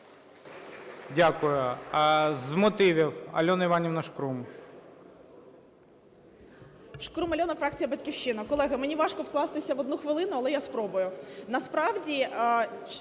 Дякую. З мотивів – Альона Іванівна Шкрум. 11:28:17 ШКРУМ А.І. Шкрум Альона, фракція "Батьківщина". Колеги, мені важко вкластися в одну хвилину, але я спробую. Насправді